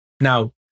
Now